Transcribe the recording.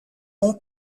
mon